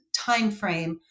timeframe